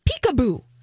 Peekaboo